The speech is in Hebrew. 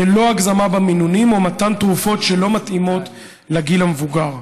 ללא הגזמה במינונים או מתן תרופות שלא מתאימות לגיל המבוגר.